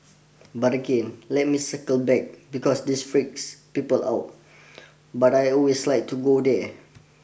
but again let me circle back because this freaks people out but I always like to go there